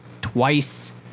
twice